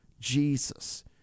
Jesus